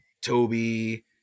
Toby